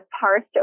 parsed